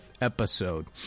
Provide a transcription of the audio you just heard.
episode